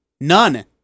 None